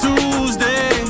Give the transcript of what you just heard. Tuesday